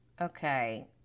okay